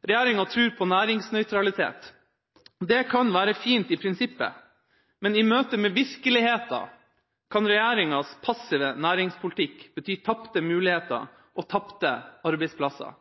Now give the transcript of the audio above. Regjeringa tror på næringsnøytralitet. Det kan være fint i prinsippet, men i møtet med virkeligheten kan regjeringas passive næringspolitikk bety tapte muligheter og tapte arbeidsplasser.